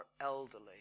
elderly